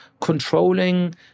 controlling